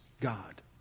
God